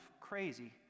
crazy